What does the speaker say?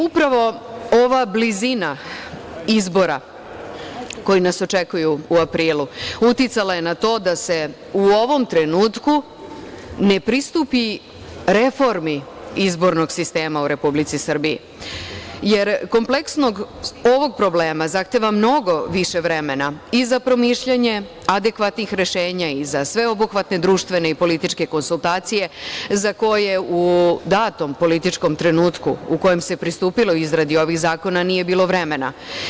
Upravo ova blizina izbora, koji nas očekuju u aprilu, uticala je na to da se u ovom trenutku ne pristupi reformi izbornog sistema u Republici Srbiji, jer kompleksnost ovog problema zahteva mnogo više vremena i za promišljanje adekvatnih rešenja i za sveobuhvatne društvene i političke konsultacije za koje u datom političkom trenutku u kojem se pristupilo izradi ovih zakona nije bilo vremena.